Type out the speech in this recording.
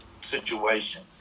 situation